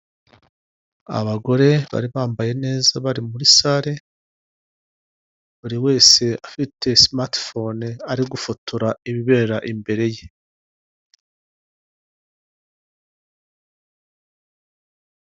Abagore bari bambaye neza bari muri sare, buri wese afite sumati fone ari gufotora ibibera imbere ye.